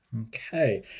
Okay